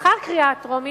לאחר הקריאה הטרומית,